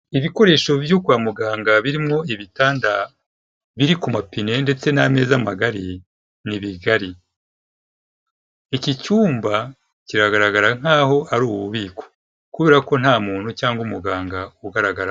Ibikoresho byo kwa muganga, birimwo ibitanda biri ku mapine ndetse n'ameza magari, ni bigari. Iki cyumba kigaragara nkaho ari ububiko, kubera ko nta muntu cyangwa umuganga ugaragaramo.